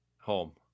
Home